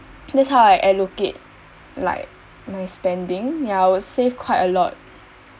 that's how I allocate like my spending ya I would save quite a lot